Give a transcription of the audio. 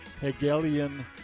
Hegelian